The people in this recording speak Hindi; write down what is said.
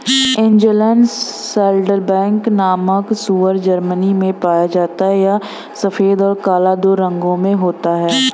एंजेलन सैडलबैक नामक सूअर जर्मनी में पाया जाता है यह सफेद और काला दो रंगों में होता है